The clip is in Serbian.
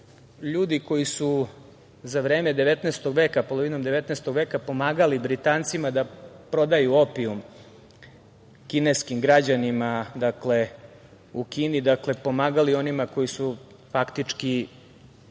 ljudi koji su za vreme 19. veka, polovinom 19. veka pomagali Britancima da prodaju opijum kineskim građanima u Kini. Dakle, pomagali onima koji su faktički